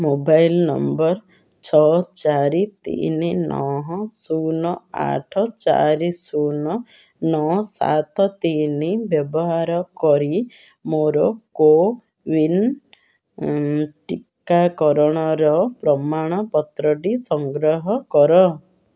mobile number ଛଅ ଚାରି ତିନି ନଅ ଶୂନ ଆଠ ଚାରି ଶୂନ ନଅ ସାତ ତିନି ବ୍ୟବହାର କରି ମୋର କୋୱିନ୍ ଟିକାକରଣର ପ୍ରମାଣପତ୍ରଟି ସଂଗ୍ରହ କର